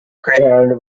greyhound